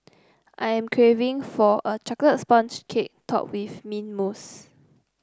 I am craving for a chocolate sponge cake topped with mint mousse